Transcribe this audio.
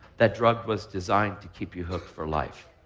that drug was designed to keep you hooked for life.